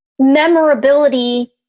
memorability